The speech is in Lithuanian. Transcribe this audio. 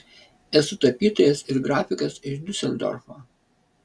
esu tapytojas ir grafikas iš diuseldorfo